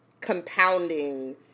compounding